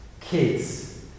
kids